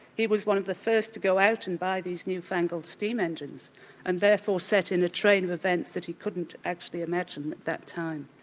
he was one of the first to go out and buy these new-fangled steam engines and therefore set in train of events that he couldn't actually imagine at that time.